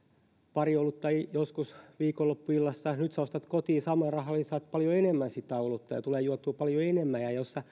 pari olutta joskus viikonloppuillassa niin nyt kun ostat kotiin samalla rahalla niin saat paljon enemmän sitä olutta ja tulee juotua paljon enemmän ja jos